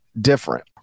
different